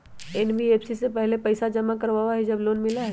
NBFC पहले पईसा जमा करवहई जब लोन मिलहई?